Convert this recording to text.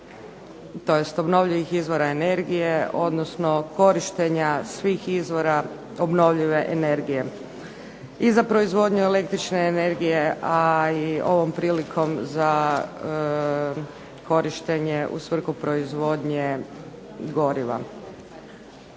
tj. obnovljivih izvora energije, odnosno korištenja svih izvora obnovljive energije i za proizvodnju električne energije, a i ovom prilikom za korištenje u svrhu proizvodnje goriva.